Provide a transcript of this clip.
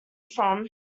from